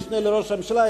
המשנה לראש הממשלה,